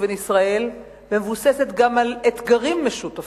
ובין ישראל מבוססת גם על אתגרים משותפים,